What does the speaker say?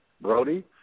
Brody